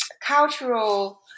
cultural